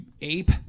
ape